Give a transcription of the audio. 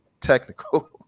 technical